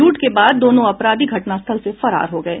लूट के बाद दोनों अपराधी घटनास्थल से फरार हो गये